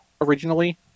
originally